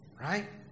right